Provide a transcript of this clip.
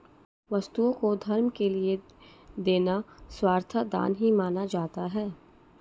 वस्तुओं को धर्म के लिये देना सर्वथा दान ही माना जाता है